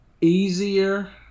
easier